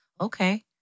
Okay